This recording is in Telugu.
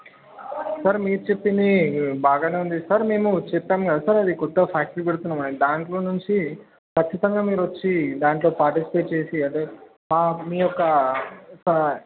సార్ మీరు చెప్పింది బాగా ఉంది సార్ మేము చెప్పాం కదా సార్ అది కొత్త ఫ్యాక్టరీ పెడుతున్నాం అని దాంట్లో నుంచి ఖచ్చితంగా మీరు వచ్చి దాంట్లో పార్టిసిపేట్ చేసి అదే మాకు మీ యొక్క